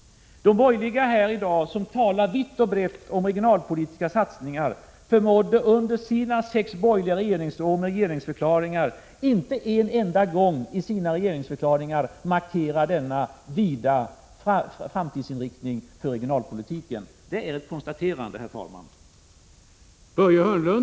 De borgerliga som i dag talat vitt och brett om regionalpolitiska satsningar förmådde under sina sex regeringsår inte en enda gång i sina regeringsförklaringar markera denna vida framtidsinriktning för regionalpolitiken. Det är ett konstaterande, herr talman.